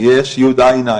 יש י.ע.ע.